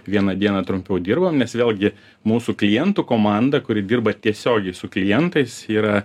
vieną dieną trumpiau dirbam nes vėlgi mūsų klientų komanda kuri dirba tiesiogiai su klientais yra